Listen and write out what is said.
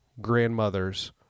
grandmothers